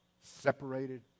separated